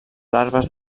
larves